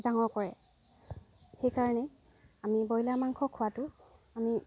ডাঙৰ কৰে সেইকাৰণে আমি ব্ৰইলাৰ মাংস খোৱাটো আমি